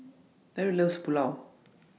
Deryl loves Pulao